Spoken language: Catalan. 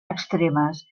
extremes